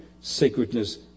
sacredness